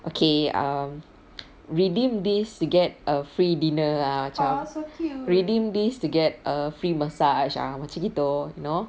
okay um redeem this to get a free dinner ah macam redeem this to get a free massage ah macam gitu you know